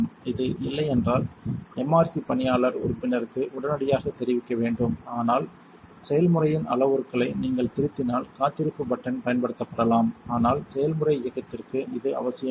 இது இல்லையென்றால் MRC பணியாளர் உறுப்பினருக்கு உடனடியாகத் தெரிவிக்க வேண்டும் ஆனால் செய்முறையின் அளவுருக்களை நீங்கள் திருத்தினால் காத்திருப்பு பட்டன் பயன்படுத்தப்படலாம் ஆனால் செயல்முறை இயக்கத்திற்கு இது அவசியமில்லை